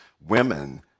women